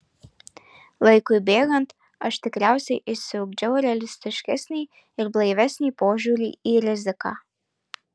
laikui bėgant aš tikriausiai išsiugdžiau realistiškesnį ir blaivesnį požiūrį į riziką